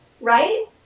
right